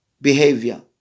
behavior